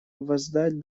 воздать